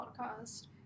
podcast